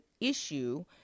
issue